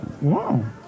wow